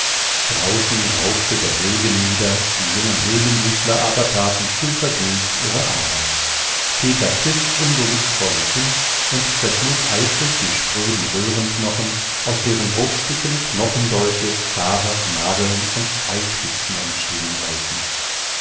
draußen rauschte der regen nieder die jungen höhlensiedler aber taten stillvergnügt ihre arbeit peter pfiff unbewußt vor sich hin und zerschlug eifrig die spröden röhrenknochen aus deren bruchstücken knochendolche schaber nadeln und pfeilspitzen entstehen sollten